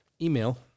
Email